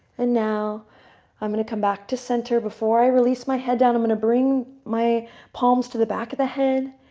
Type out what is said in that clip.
and now i'm going to come back to center. before i release my head down, i'm going to bring my palms to the back of the head